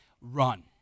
run